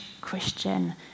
Christian